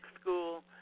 School